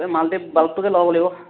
এই মাল্টি বাল্বটোকে লগাব লাগিব